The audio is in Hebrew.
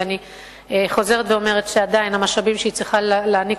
ואני חוזרת ואומרת שעדיין המשאבים שהיא צריכה להעניק